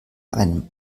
einen